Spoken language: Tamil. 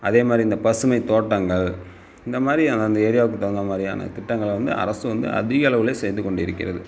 அதே மாதிரி இந்த பசுமை தோட்டங்கள் இந்த மாதிரி அந்த ஏரியாவுக்கு தகுந்த மாதிரியானா திட்டங்களை அரசு வந்து அதிக அளவில் செய்து கொண்டு இருக்கிறது